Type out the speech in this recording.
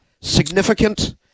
significant